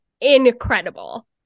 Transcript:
incredible